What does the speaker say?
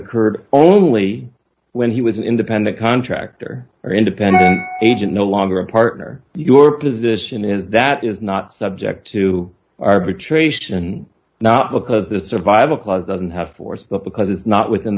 occurred only when he was an independent contractor or independent agent no longer a partner and your position is that is not subject to arbitration now because of the survival clause doesn't have force but because it's not within